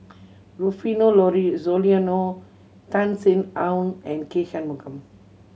Rufino Soliano Tan Sin Aun and K Shanmugam